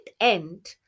end